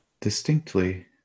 distinctly